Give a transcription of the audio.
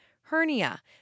hernia